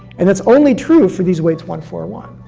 and it's only true for these weights one, four, one.